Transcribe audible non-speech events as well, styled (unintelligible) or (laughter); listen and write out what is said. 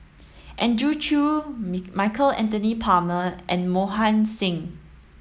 Andrew Chew (unintelligible) Michael Anthony Palmer and Mohan Singh